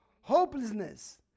hopelessness